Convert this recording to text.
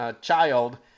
child